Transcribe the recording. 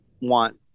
want